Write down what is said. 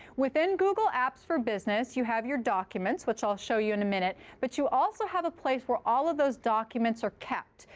within google apps for business, you have your documents, which i'll show you in a minute. but you also have a place where all of those documents are kept.